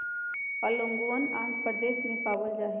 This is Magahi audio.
ओंगोलवन आंध्र प्रदेश में पावल जाहई